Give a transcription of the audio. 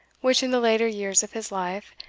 which, in the latter years of his life,